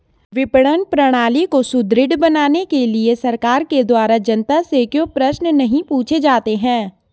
विपणन प्रणाली को सुदृढ़ बनाने के लिए सरकार के द्वारा जनता से क्यों प्रश्न नहीं पूछे जाते हैं?